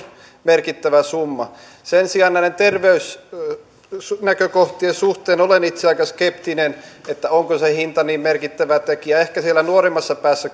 merkittävä summa sen sijaan näiden terveysnäkökohtien suhteen olen itse aika skeptinen että onko se hinta niin merkittävä tekijä ehkä siellä nuorimmassa päässä